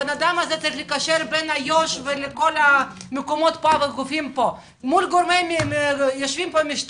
הוא צריך לקשר בין יו"ש לכל הגופים מול גורמים במשטרה.